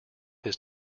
his